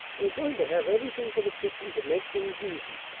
we're going to have everything for the kitchen to make things easy,